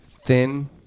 thin